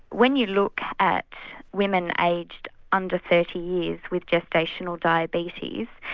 when you look at women aged under thirty years with gestational diabetes,